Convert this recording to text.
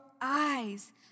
eyes